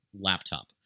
laptop